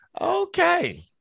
okay